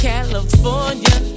California